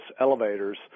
elevators